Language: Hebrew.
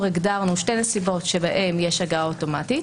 הגדרנו שתי נסיבות בהן יש הגעה אוטומטית